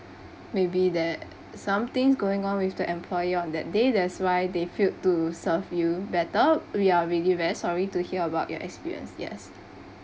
may be that something's going on with the employee on that day that's why they failed to serve you better we are really very sorry to hear about your experience yes